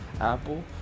Apple